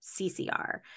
CCR